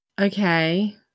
okay